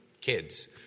kids